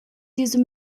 diese